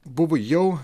buvo jau